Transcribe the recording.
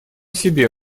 себе